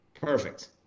Perfect